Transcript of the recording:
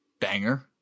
banger